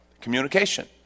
Communication